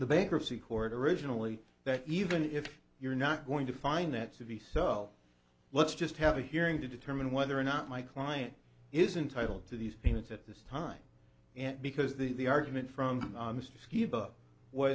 the bankruptcy court originally that even if you're not going to find that to be so let's just have a hearing to determine whether or not my client is entitle to these payments at this time because the argument from